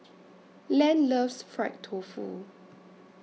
Len loves Fried Tofu